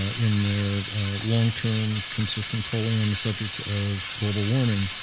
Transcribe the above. in their long-term consistent polling on the subject of global warming.